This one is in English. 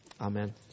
Amen